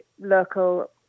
local